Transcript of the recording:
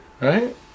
right